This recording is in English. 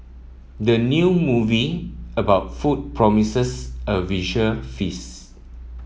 the new movie about food promises a visual feast